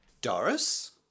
Doris